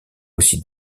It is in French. aussi